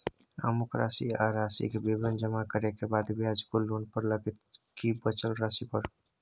अमुक राशि आ राशि के विवरण जमा करै के बाद ब्याज कुल लोन पर लगतै की बचल राशि पर?